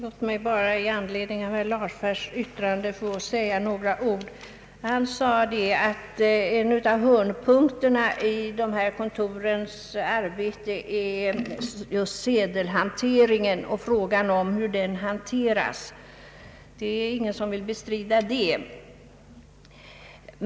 Herr talman! Låt mig säga några ord i anledning av herr Larfors” yttrande. Han sade att sedelhanteringen är en av huvuduppgifterna för riksbankens avdelningskontor. Ingen vill bestrida det.